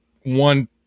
one